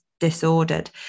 Disordered